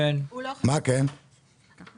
קודם